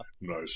Nice